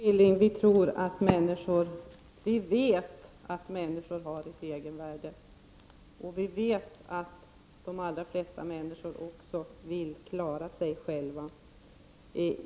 Herr talman! Vi vet — det är således inte fråga om vad vi tror — att människor har ett egenvärde, och vi vet att de flesta människor vill klara sig själva.